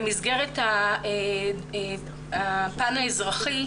במסגרת הפן האזרחי,